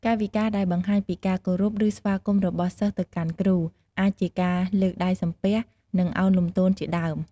កាយវិការដែលបង្ហាញពីការគោរព ឬ ស្វាគមន៍របស់សិស្សទៅកាន់គ្រូ អាចជាការលើកដៃសំពះ និង ឱនលំទោនជាដើម។